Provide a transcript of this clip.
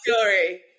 story